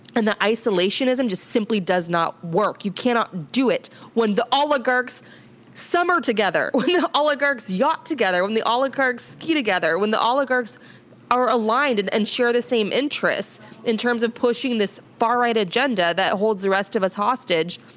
and that isolationism just simply does not work. you cannot do it when the oligarchs summer together. when the oligarchs yacht together. when the oligarchs ski together. when the oligarchs are aligned, and and share the same interests in terms of pushing this far right agenda that holds the rest of us hostage,